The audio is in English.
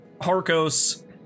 Harkos